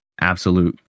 absolute